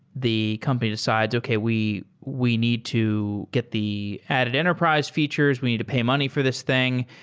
the company decides, okay, we we need to get the added enterprise features. we need to pay money for this thing.